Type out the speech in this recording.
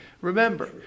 Remember